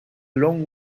long